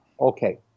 Okay